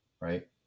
right